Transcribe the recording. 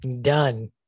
done